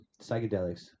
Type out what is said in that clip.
psychedelics